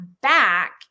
back